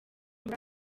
muri